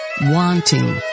wanting